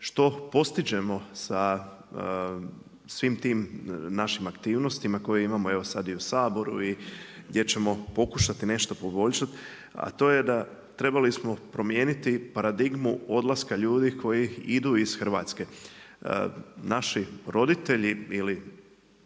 što postižemo sa svim tim našim aktivnostima koje imamo i u Saboru gdje ćemo pokušati nešto poboljšati, a to je da smo trebali promijeniti paradigmu odlaska ljudi idu iz Hrvatske. Naši roditelji ili